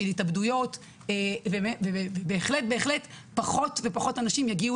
של התאבדויות ובהחלט פחות ופחות אנשים יגיעו